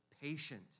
patient